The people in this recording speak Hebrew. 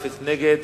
היו עושים לי ועדה,